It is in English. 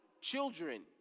children